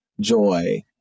joy